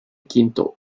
quinto